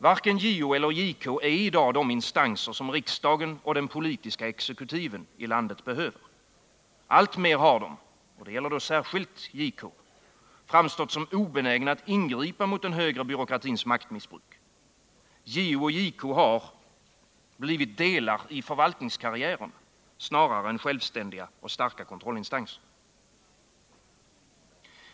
Varken JO eller JK är i dag de instanser riksdagen och den politiska exekutiven i landet behöver. Alltmer har de — och då särskilt JK — framstått som obenägna att ingripa mot den högre byråkratins maktmissbruk. JO och JK har blivit delar i förvaltningskarriärerna snarare än självständiga och starka kontrollinstanser.